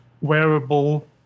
wearable